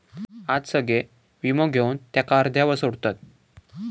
आज सगळे वीमो घेवन त्याका अर्ध्यावर सोडतत